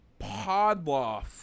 podloff